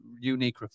unique